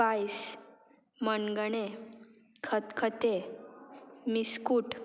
पायस मनगणे खतखते मिस्कूट